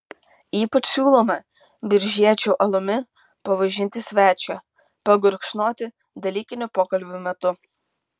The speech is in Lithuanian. ypač siūlome biržiečių alumi pavaišinti svečią pagurkšnoti dalykinių pokalbių metu